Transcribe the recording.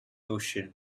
ocean